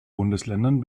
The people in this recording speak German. bundesländern